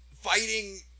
fighting